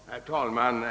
Herr talman!